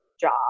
job